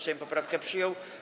Sejm poprawkę przyjął.